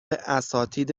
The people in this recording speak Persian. اساتید